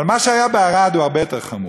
אבל מה שהיה בערד הוא הרבה יותר חמור.